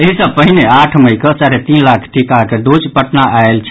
एहि सॅ पहिने आठ मई कऽ साढ़े तीन लाख टीकाक डोज पटना आयल छल